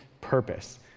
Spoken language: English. purpose